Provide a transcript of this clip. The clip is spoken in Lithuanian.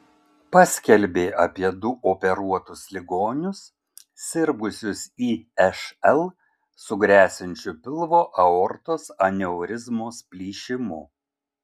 paskelbė apie du operuotus ligonius sirgusius išl su gresiančiu pilvo aortos aneurizmos plyšimu